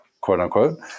quote-unquote